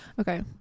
okay